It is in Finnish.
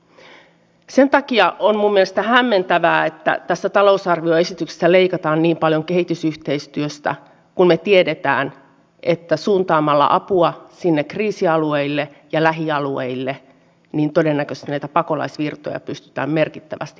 jos hallitus todella suunnittelee tekesin rahojen alueellistamista niin vaarana on että syntyy tilanne että rahat eivät synny kaikista parhaisiin hankkeisiin vaan jotkut hyvät hankkeet jäävät rahoittamatta ja joillekin huonoille hankkeille saatetaan pelkän sijainnin vuoksi antaa rahoitusta